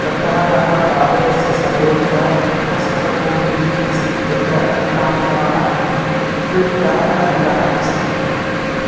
लद्दाखः भारतस्य सर्वोच्चा प्रस्थभूमिः अस्ति यत्र अधिकांशाः फ़ीट् तः अधिकः अस्ति